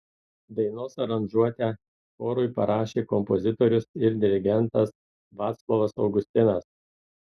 dainos aranžuotę chorui parašė kompozitorius ir dirigentas vaclovas augustinas